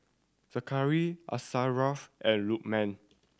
Zakaria Asharaff and Lukman